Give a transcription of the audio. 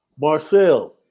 Marcel